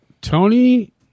tony